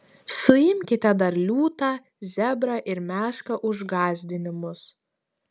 suimkite dar liūtą zebrą ir mešką už gąsdinimus